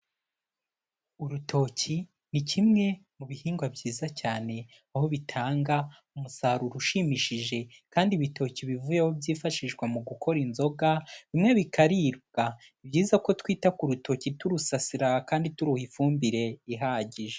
Urutoki ni kimwe mu bihingwa byiza cyane aho bitanga umusaruro ushimishije kandi ibitoki bivuyeho byifashishwa mu gukora inzoga bimwe bikaribwa, ni byiza ko twita ku rutoki turusasira kandi turuha ifumbire ihagije.